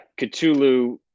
Cthulhu